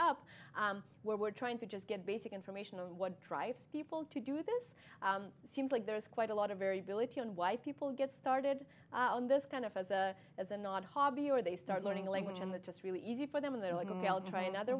it's up where we're trying to just get basic information on what drives people to do this seems like there's quite a lot of variability and why people get started on this kind of as a as a not hobby or they start learning a language and that just really easy for them and they're like ok i'll try another